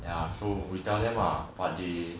ya so we tell them lah but they